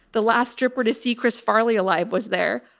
the last stripper to see chris farley alive was there.